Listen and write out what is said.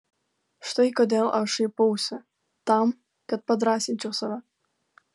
štai kodėl aš šaipausi tam kad padrąsinčiau save